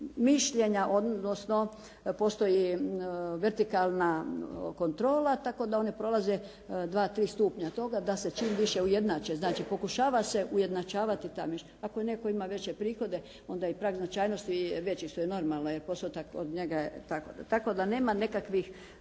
mišljenja, odnosno postoji vertikalna kontrola tako da one prolaze dva, tri …/Govornica se ne razumije./… više ujednače. Znači pokušava se ujednačavati ta mišljenja. Ako netko ima veće prihode onda je i prag značajnosti veći što jer normalno jer postotak od njega je tako. Tako da nema nekakvih